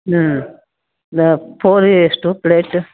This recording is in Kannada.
ಹ್ಞೂ ಪೂರಿ ಎಷ್ಟು ಪ್ಲೇಟ್